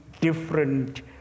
different